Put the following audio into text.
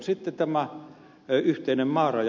sitten tämä yhteinen maaraja